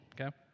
Okay